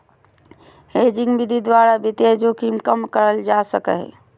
hedging विधि द्वारा वित्तीय जोखिम कम करल जा सको हय